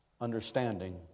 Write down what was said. understanding